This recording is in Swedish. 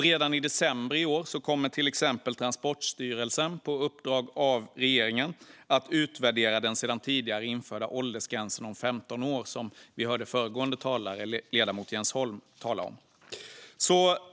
Redan i december i år kommer till exempel Transportstyrelsen på uppdrag av regeringen att utvärdera den sedan tidigare införda åldersgränsen om 15 år, som vi hörde föregående talare, ledamoten Jens Holm, tala om.